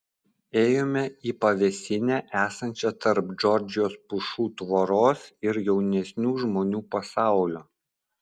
ėjome į pavėsinę esančią tarp džordžijos pušų tvoros ir jaunesnių žmonių pasaulio